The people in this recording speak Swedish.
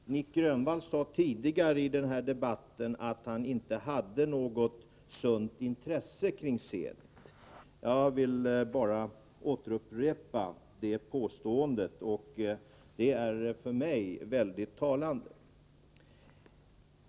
Herr talman! Nic Grönvall sade tidigare i denna debatt att han inte hade något sunt intresse kring Zenit. Jag vill bara upprepa det påståendet. Det är för mig väldigt talande.